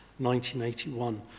1981